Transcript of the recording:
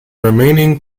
remaining